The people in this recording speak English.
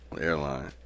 airline